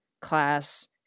class